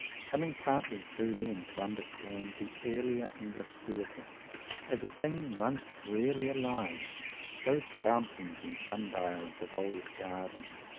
coming partly through them to understand the earlier english theatre as a thing once really alive those fountains and sun-dials of old gardens,